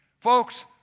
Folks